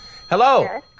Hello